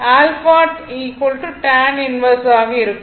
ɑ tan 1 ஆக இருக்கும்